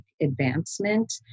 advancement